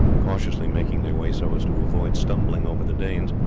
cautiously making their way so as to avoid stumbling over the danes,